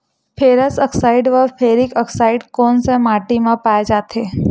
Ferrous oxide व ferric oxide कोन सा माटी म पाय जाथे?